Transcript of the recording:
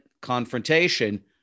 confrontation